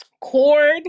cord